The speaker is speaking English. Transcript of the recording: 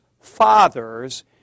fathers